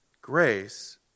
Grace